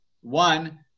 One